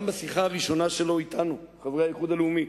גם בשיחה הראשונה שלו אתנו, חברי האיחוד הלאומי,